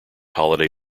holiday